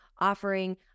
offering